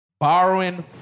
Borrowing